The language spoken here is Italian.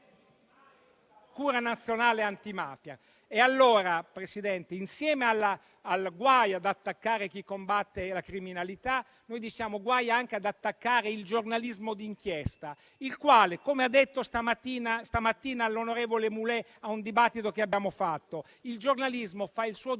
procura nazionale antimafia.